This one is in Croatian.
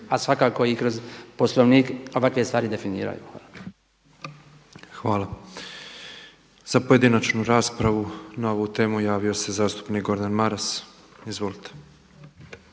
a svakako i kroz Poslovnik ovakve stvari definiraju. **Petrov, Božo (MOST)** Hvala. Za pojedinačnu raspravu na ovu temu javio se zastupnik Gordan Maras. Izvolite.